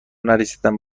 نرسیدن